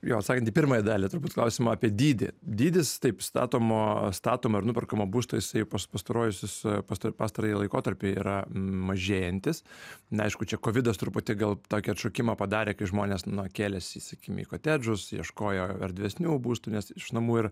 jo atsakant į pirmąją dalį turbūt klausimo apie dydį dydis taip statomo statomo ir nuperkamo būsto jisai pas pastaruosius pastarąjį laikotarpį yra m mažėjantis n aišku čia kovidas truputį gal tokį atšokimą padarė kai žmonės na kėsėsi sakykim į kotedžus ieškojo erdvesnių būstų nes iš namų ir